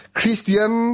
Christian